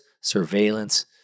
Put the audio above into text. surveillance